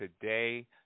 today